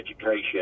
education